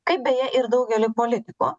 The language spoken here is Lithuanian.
kaip beje ir daugeliui politikų